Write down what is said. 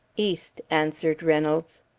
east, answered reynolds.